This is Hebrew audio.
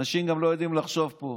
אנשים גם לא יודעים לחשוב פה.